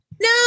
No